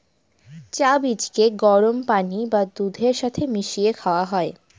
চা বীজকে গরম পানি বা দুধের সাথে মিশিয়ে খাওয়া হয়